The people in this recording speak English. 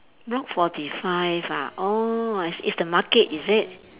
block forty five ah orh it's it's the market is it